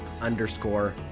underscore